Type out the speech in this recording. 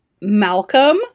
Malcolm